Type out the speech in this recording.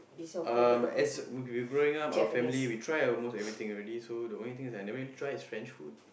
um as we we growing up our family we try almost everything already so the only thing that I never even try is French food